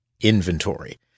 inventory